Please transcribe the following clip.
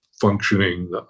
functioning